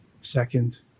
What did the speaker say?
Second